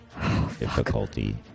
Difficulty